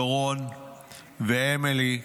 דורון ואמילי,